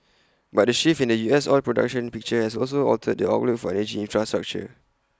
but the shift in the U S oil production picture has also altered the outlook for energy infrastructure